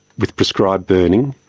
with prescribed burning,